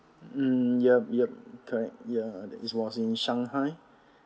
mm yup yup correct ya it was in shanghai